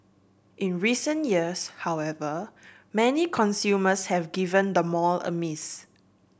in recent years however many consumers have given the mall a miss